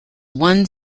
one